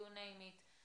איך שתקראו לזה,